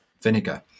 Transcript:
vinegar